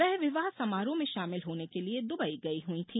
वे विवाह समारोह में शामिल होने के लिए दुबई गई हुई थी